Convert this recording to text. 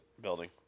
Building